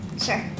sure